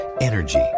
energy